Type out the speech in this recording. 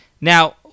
Now